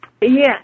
Yes